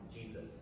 Jesus